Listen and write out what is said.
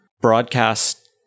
broadcast